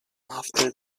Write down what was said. after